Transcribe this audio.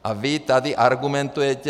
A vy tady argumentujete...